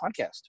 podcast